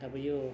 अब यो